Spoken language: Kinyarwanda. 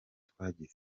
twagize